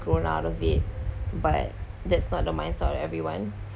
grown out of it but that's not the minds of everyone